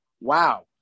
wow